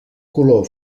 color